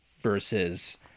versus